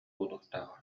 буолуохтаах